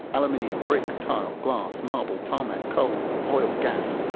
aluminium, brick, tile, glass, marble, tarmac, coal, oil, gas,